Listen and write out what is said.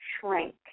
Shrink